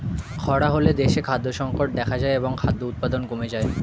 খরা হলে দেশে খাদ্য সংকট দেখা যায় এবং খাদ্য উৎপাদন কমে যায়